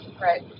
Right